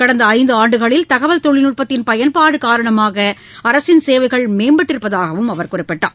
கடந்த ஐந்தாண்டுகளில் தகவல் தொழில்நுட்பத்தின் பயன்பாடு காரணமாக அரசின் சேவைகள் மேம்பட்டிருப்பதாகவும் அவர் குறிப்பிட்டார்